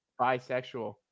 bisexual